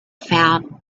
found